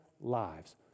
lives